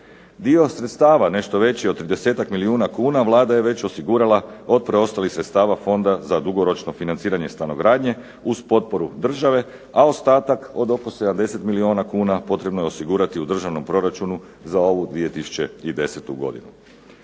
Dio sredstava nešto veći od tridesetak milijuna kuna Vlada je već osigurala od preostalih sredstava Fonda za dugoročno financiranje stanogradnje uz potporu države, a ostatak od oko 70 milijuna kuna potrebno je osigurati u državnom proračunu za ovu 2010. godinu.